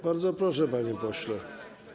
Bardzo proszę, panie pośle.